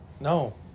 No